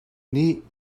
nih